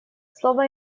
слово